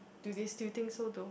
do they still think so though